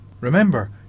Remember